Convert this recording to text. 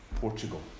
Portugal